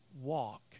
Walk